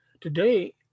Today